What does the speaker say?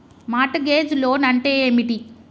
Mart gauge loan అంటే ఏమిటి?